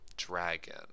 dragon